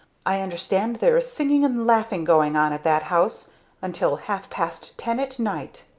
i understand there is singing and laughing going on at that house until half-past ten at night.